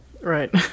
Right